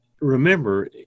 remember